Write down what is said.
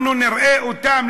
אנחנו נראה אותם,